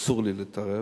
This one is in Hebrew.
אסור לי להתערב,